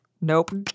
Nope